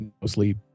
mostly